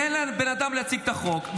תן לבן אדם להציג את החוק,